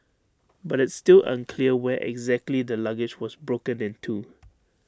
but it's still unclear where exactly the luggage was broken into